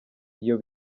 iyo